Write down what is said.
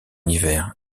hiver